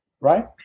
right